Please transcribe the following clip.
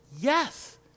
Yes